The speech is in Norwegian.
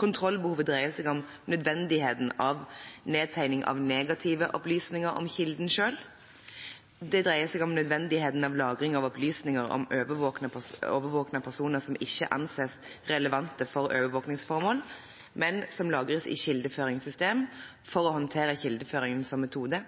Kontrollbehovet dreier seg om nødvendigheten av nedtegning av negative opplysninger om kilden selv. Det dreier seg om nødvendigheten av lagring av opplysninger om overvåkede personer som ikke anses å være relevante for overvåkningsformål, men som lagres i kildeføringssystem for å